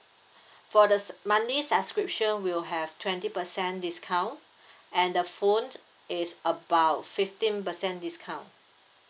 for the monthly subscription will have twenty percent discount and the phone is about fifteen percent discount